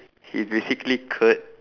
he is basically curt